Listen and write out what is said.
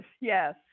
Yes